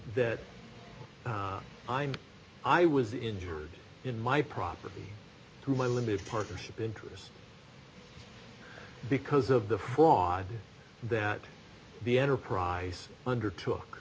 that i'm i was injured in my property to my limited partnership interest because of the fraud that the enterprise undertook